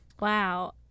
Wow